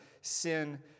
sin